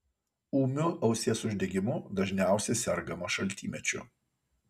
ūmiu ausies uždegimu dažniausiai sergama šaltymečiu